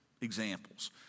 examples